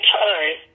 time